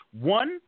One